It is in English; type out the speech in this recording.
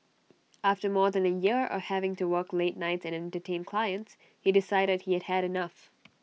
after more than A year of having to work late nights and Entertain Clients he decided he had had enough